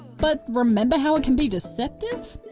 but remember how it can be deceptive?